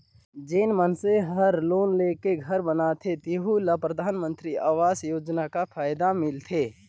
जेन मइनसे हर लोन लेके घर बनाथे तेहु ल परधानमंतरी आवास योजना कर फएदा मिलथे